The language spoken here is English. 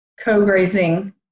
co-grazing